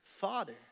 father